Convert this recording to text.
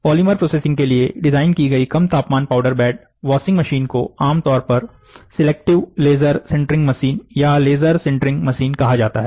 polymer processing के लिए design की गई कम तापमान पाउडर बेड वाशिंग मशीन को आमतौर पर सिलेक्टिव लेजर सिंटरिग मशीन या लेजर सिंटरिग मशीन कहा जाता है